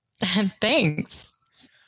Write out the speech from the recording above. thanks